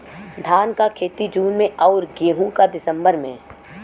धान क खेती जून में अउर गेहूँ क दिसंबर में?